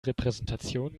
repräsentation